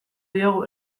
diogu